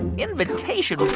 invitation?